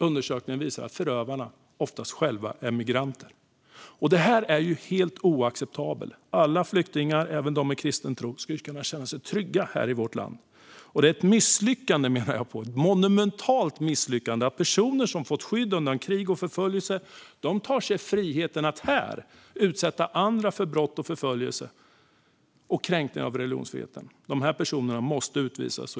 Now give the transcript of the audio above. Undersökningen visar att förövarna oftast själva är migranter. Detta är helt oacceptabelt! Alla flyktingar, även de med kristen tro, ska kunna känna sig trygga i vårt land. Det är ett monumentalt misslyckande att personer som fått skydd undan krig och förföljelse tar sig friheten att här i Sverige utsätta andra för brott och kränkningar av religionsfriheten. Dessa personer måste utvisas.